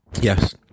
Yes